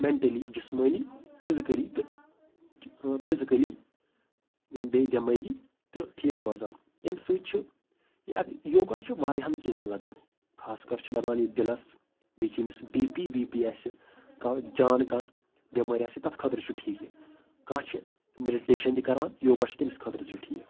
mentally جِسمٲنی physically تہٕ physically یا بیٚیہِ دٮ۪مٲغی تہٕ ٹھیٖک روزان اَمۍ سۭتۍ چھُ یہِ یوگا چھُ واریاہَن چیٖزَن لَگان خاص کَر چھُ لَگان یہِ دِلَس بیٚیہِ چھِ ییٚمِس بی پی وی پی آسہِ کانٛہہ جان کانٛہہ بٮ۪مٲرۍ آسہِ تَتھ خٲطرٕ چھُ ٹھیٖک یہِ کانٛہہ چھِ مٮ۪ڈِٹیشَن تہِ کَران یوگا چھُ تٔمِس خٲطرٕ تہِ ٹھیٖک